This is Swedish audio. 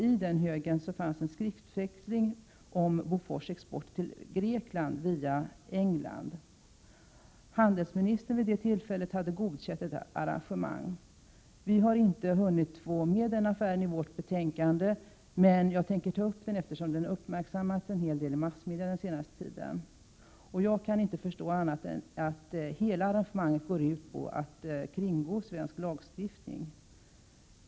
I högen fanns en skriftväxling om Bofors export till Grekland via England. Den dåvarande handelsministern hade godkänt detta arrangemang. Vi har inte hunnit få med den affären i vårt betänkande, men jag tänker ta upp den nu eftersom den har uppmärksammats en hel del i massmedia den senaste tiden. Jag kan inte förstå annat än att hela arrangemanget går ut på att kringgå svensk lagstiftning.